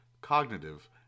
cognitive